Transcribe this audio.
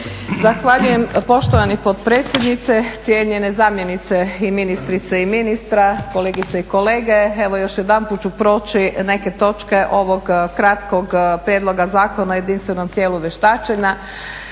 Zahvaljujem poštovani potpredsjedniče. Cijenjene zamjenice i ministrice i ministra, kolegice i kolege. Evo još jedanput ću proći neke točke ovog kratkog Prijedloga zakona o jedinstvenom tijelu vještačenja.